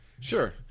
Sure